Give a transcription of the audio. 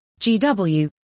gw